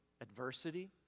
adversity